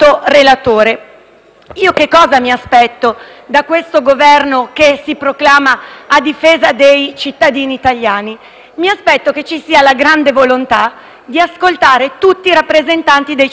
che mi aspetto da questo Governo, che si proclama difensore dei cittadini italiani, è che abbia la grande volontà di ascoltare tutti i rappresentanti dei cittadini italiani,